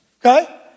okay